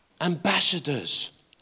ambassadors